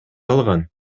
калган